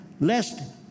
lest